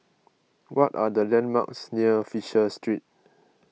what are the landmarks near Fisher Street